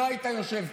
לא היית יושב פה.